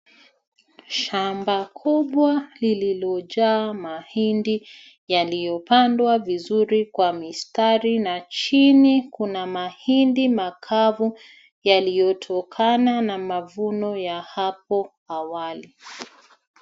Shamba kubwa lililojaa mahindi yaliyopandwa vizuri kwa mistari, na chini kuna mahindi makavu, yaliyotokana na mavuno ya hapo awali.